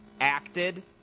acted